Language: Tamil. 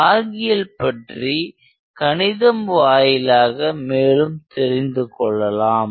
பாகியல்பற்றி கணிதம் வாயிலாக மேலும் தெரிந்துகொள்ளலாம்